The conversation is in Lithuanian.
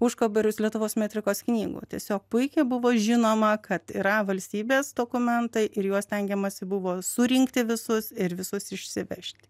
užkaborius lietuvos metrikos knygų tiesiog puikiai buvo žinoma kad yra valstybės dokumentai ir juos stengiamasi buvo surinkti visus ir visus išsivežti